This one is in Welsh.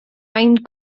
ein